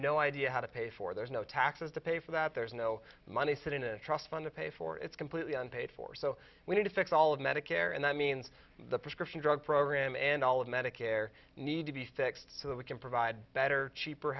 no idea how to pay for there's no taxes to pay for that there's no money sitting in a trust fund to pay for it's completely unpaid for so we need to fix all of medicare and that means the prescription drug program and all of medicare need to be fixed so that we can provide better cheaper